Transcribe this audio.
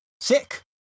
sick